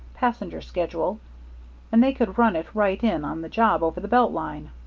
passenger schedule and they could run it right in on the job over the belt line.